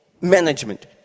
management